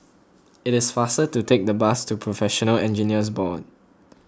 it is faster to take the bus to Professional Engineers Board